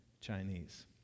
Chinese